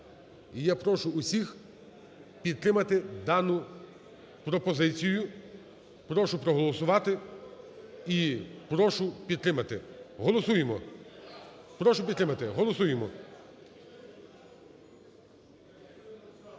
я прошу всіх підтримати дану пропозицію. Прошу проголосувати і прошу підтримати. Голосуємо.